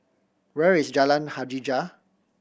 where is Jalan Hajijah